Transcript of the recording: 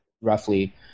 roughly